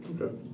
Okay